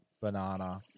banana